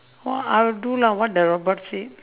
what I'll do lah what the robot said